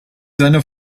seiner